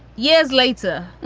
years later,